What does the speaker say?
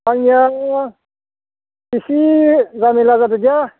आंनिया इसे गामि लागाजो गैया